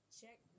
check